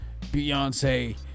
Beyonce